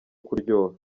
kuryoha